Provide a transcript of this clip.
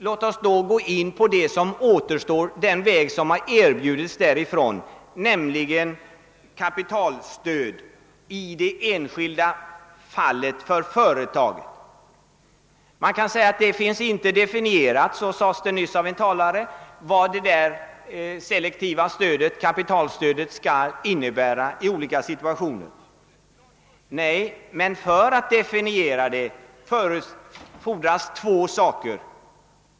Låt oss då gå den väg som återstår och som departementen har pekat ut, nämligen kapitalstöd i det enskilda fallet till företag. Man kan invända att det inte finns definierat — så sade en talare nyss — vad detta selektiva kapitalstöd skall innebära i olika situationer. Nej, men för att definiera det fordras två ting.